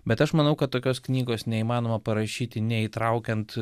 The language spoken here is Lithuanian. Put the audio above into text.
bet aš manau kad tokios knygos neįmanoma parašyti neįtraukiant